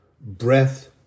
breath